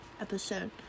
episode